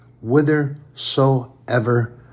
whithersoever